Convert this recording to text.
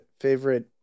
Favorite